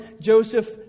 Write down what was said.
Joseph